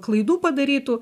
klaidų padarytų